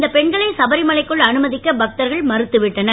இந்தப் பெண்களை சபரிமலைக்குள் அனுமதிக்க பக்தர்கள் மறுத்துவிட்டனர்